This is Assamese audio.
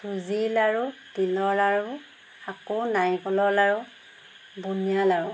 চুজি লাৰু তিলৰ লাৰু আকৌ নাৰিকলৰ লাৰু বুনিয়া লাৰু